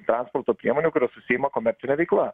transporto priemonių kurios užsiima komercine veikla